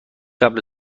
قبل